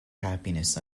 happiness